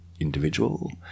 individual